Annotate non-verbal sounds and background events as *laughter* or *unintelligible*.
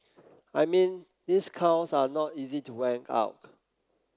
I mean these cows are not easy to *unintelligible* out